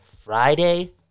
Friday